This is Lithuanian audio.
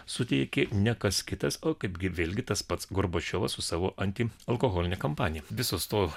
suteikė ne kas kitas o kaipgi vėlgi tas pats gorbačiovas su savo antialkoholine kampanija visos to